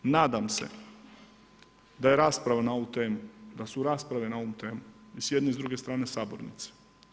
Nadam se da je rasprava ona ovu temu, da su rasprave na ovu temu i s jedne i s druge strane sabornice.